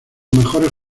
mejores